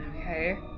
Okay